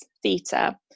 theta